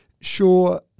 sure